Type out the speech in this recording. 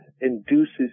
induces